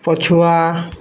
ପଛୁଆ